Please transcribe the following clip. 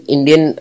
Indian